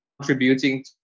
contributing